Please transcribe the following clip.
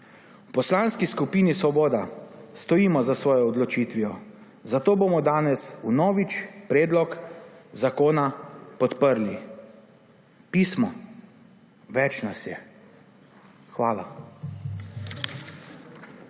V Poslanski skupini Svoboda stojimo za svojo odločitvijo, zato bomo danes vnovič predlog zakona podprli. Pismo, več nas je! Hvala.